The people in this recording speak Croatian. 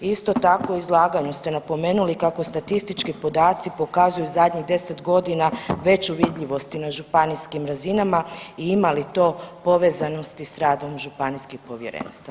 Isto tako, u izlaganju ste napomenuli kako statistički podaci pokazuju zadnjih 10 godina veću vidljivost i na županijskim razinama i ima li to povezanosti s radom županijskih povjerenstava.